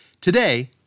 Today